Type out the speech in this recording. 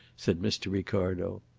said mr. ricardo.